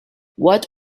what